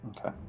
Okay